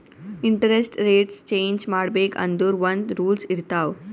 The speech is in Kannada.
ಇಂಟರೆಸ್ಟ್ ರೆಟ್ಸ್ ಚೇಂಜ್ ಮಾಡ್ಬೇಕ್ ಅಂದುರ್ ಒಂದ್ ರೂಲ್ಸ್ ಇರ್ತಾವ್